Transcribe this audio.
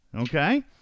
Okay